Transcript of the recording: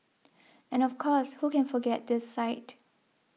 and of course who can forget this sight